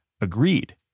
Agreed